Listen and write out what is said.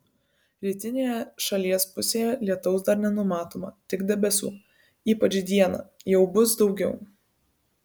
rytinėje šalies pusėje lietaus dar nenumatoma tik debesų ypač dieną jau bus daugiau